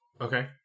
Okay